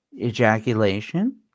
ejaculation